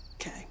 Okay